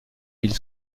mille